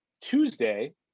Tuesday